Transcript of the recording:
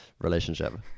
relationship